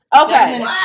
Okay